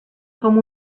com